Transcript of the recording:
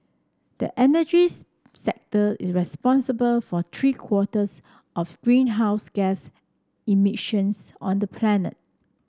the energy's sector in responsible for three quarters of greenhouse gas emissions on the planet